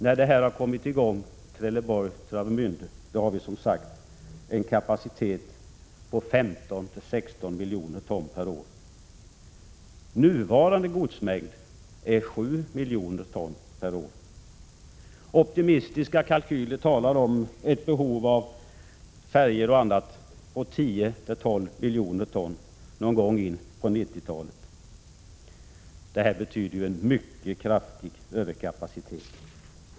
När färjorna på sträckan Trelleborg-Travemiände har kommit i gång har vi en kapacitet på 15-16 miljoner ton per år. Nuvarande godsmängd är sju miljoner ton per år. Optimistiska kalkyler talar om ett behov av färjor och annat för 10-12 miljoner ton någon gång in på 1990-talet. Detta betyder en mycket kraftig överkapacitet.